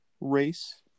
race